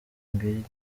mutzig